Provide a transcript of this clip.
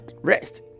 rest